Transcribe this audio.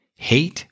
Hate